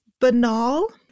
banal